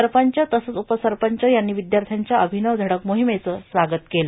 सरपंच तसंच उपसरपंच यांनी विद्यार्थ्यांच्या अभिनव धडक मोहिमेचं स्वागत केलं